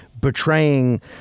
betraying